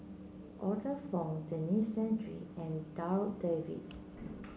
Arthur Fong Denis Santry and Darryl David